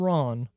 Ron